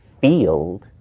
field